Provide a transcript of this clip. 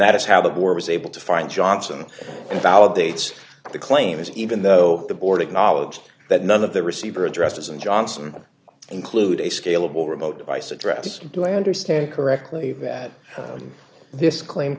that is how the board was able to find johnson and validates the claims even though the board acknowledged that none of the receiver addresses and johnson include a scalable remote vice address do i understand correctly that this claim